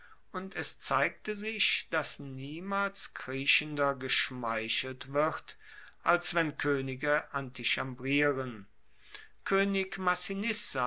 und es zeigte sich dass niemals kriechender geschmeichelt wird als wenn koenige antichambrieren koenig